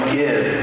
give